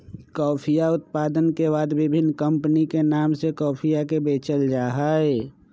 कॉफीया उत्पादन के बाद विभिन्न कमपनी के नाम से कॉफीया के बेचल जाहई